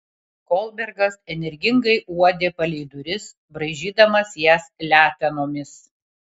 kolbergas energingai uodė palei duris braižydamas jas letenomis